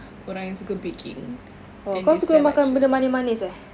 orang yang suka baking then they sell like those